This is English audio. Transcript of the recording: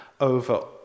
over